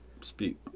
speak